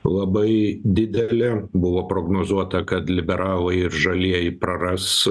labai didelė buvo prognozuota kad liberalai ir žalieji praras